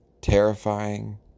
Terrifying